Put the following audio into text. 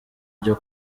ryo